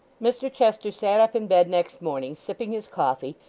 mr chester sat up in bed next morning, sipping his coffee,